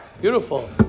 Beautiful